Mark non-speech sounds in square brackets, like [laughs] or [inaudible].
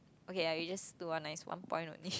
okay ah you just do one nice one point only [laughs]